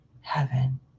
heaven